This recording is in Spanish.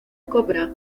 cobra